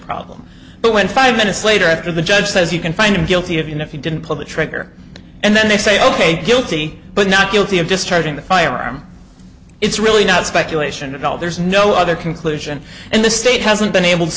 problem but when five minutes later after the judge says you can find him guilty of you know if he didn't pull the trigger and then they say ok guilty but not guilty of just charging the firearm it's really not speculation at all there's no other conclusion and the state hasn't been able to